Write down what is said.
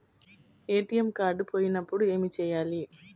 ATM card పోయినప్పుడు ఏమి చేయాలి?